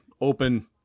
open